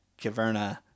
Caverna